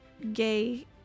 gay